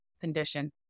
condition